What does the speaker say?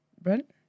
brent